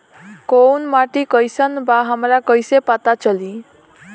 कोउन माटी कई सन बा हमरा कई से पता चली?